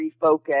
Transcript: refocus